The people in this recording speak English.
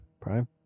Prime